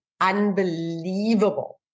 unbelievable